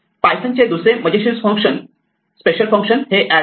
Python चे दुसरे मजेशीर स्पेशल फंक्शन एड हे आहे